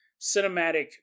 cinematic